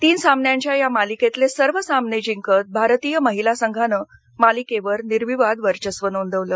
तीन सामन्यांच्या या मालिकेतले सर्व सामने जिंकत भारतीय महिला संघानं मालिकेवर निर्विवाद वर्चस्व नोंदवलं